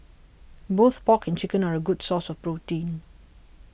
both pork and chicken are a good source of protein